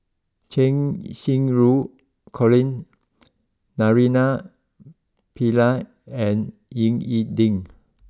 Cheng Xinru Colin Naraina Pillai and Ying E Ding